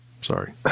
Sorry